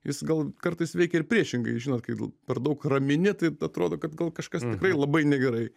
jis gal kartais veikia ir priešingai žinot kai per daug ramini tai atrodo kad gal kažkas tikrai labai negerai